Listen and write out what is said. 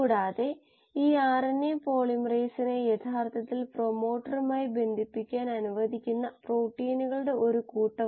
അവസാന ഡെറിവേഷൻ ഇവിടെ മോണോഡ് സമവാക്യ രൂപത്തിന്റെ അതേ പോലെ ആവും